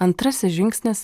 antrasis žingsnis